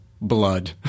blood